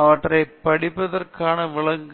அவற்றைப் படிப்பதற்காக விலங்குகளின் அனுமதியை நாங்கள் எடுக்கவில்லை